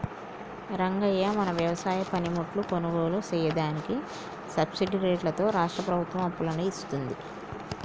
రంగయ్య మన వ్యవసాయ పనిముట్లు కొనుగోలు సెయ్యదానికి సబ్బిడి రేట్లతో రాష్ట్రా ప్రభుత్వం అప్పులను ఇత్తుంది